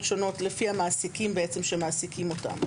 שונות לפי המעסיקים שמעסיקים אותם,